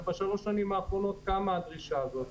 ובשלוש השנים האחרונות קמה הדרישה הזאת.